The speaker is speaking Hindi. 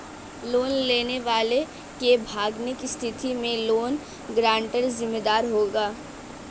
लोन लेने वाले के भागने की स्थिति में लोन गारंटर जिम्मेदार होगा